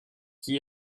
qui